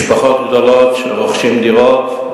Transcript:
משפחות גדולות רוכשות דירות.